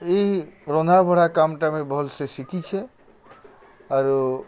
ଇ ରନ୍ଧା ବଢ଼ା କାମଁଟା ମୁଁ ଭଲଁସେ ଶିଖିଛେ ଆରୁ